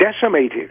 decimated